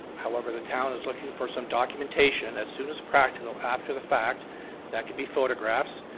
however, the town is looking for some documentation as soon as practical after the fact that can be photographs